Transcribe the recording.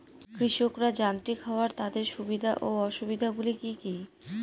কৃষকরা যান্ত্রিক হওয়ার তাদের সুবিধা ও অসুবিধা গুলি কি কি?